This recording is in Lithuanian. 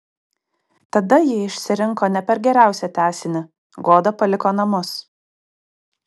tada ji išsirinko ne per geriausią tęsinį goda paliko namus